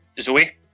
Zoe